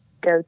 go